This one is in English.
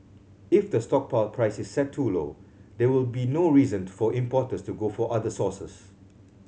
if the stockpile price is set too low there will be no reason to for importers to go for other sources